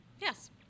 Yes